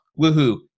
woohoo